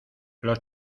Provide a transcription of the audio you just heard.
los